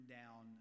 down